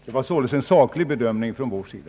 Det är således fråga om en saklig bedömning från vår sida.